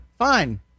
Fine